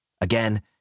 Again